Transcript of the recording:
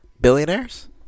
Billionaires